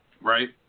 Right